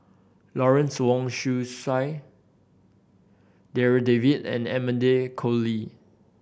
Lawrence Wong Shyun Tsai Darryl David and Amanda Koe Lee